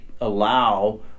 allow